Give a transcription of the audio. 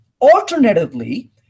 Alternatively